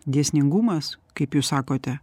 dėsningumas kaip jūs sakote